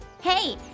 Hey